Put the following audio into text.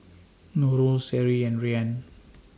Nurul Seri and Ryan